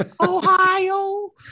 Ohio